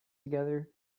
together